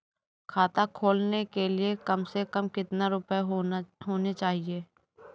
खाता खोलने के लिए कम से कम कितना रूपए होने चाहिए?